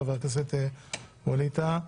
חבר הכנסת ווליד טאהא,